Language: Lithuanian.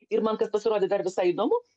ir man kad pasirodė dar visai įdomu